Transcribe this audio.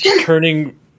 turning